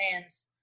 hands